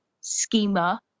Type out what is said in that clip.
schema